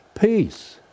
peace